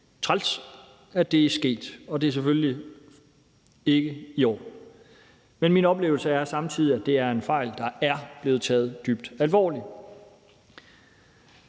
træls, at det er sket, og det er selvfølgelig ikke i orden, men min oplevelse er samtidig, at det er en fejl, der er blevet taget dybt alvorligt.